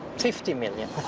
fifty million.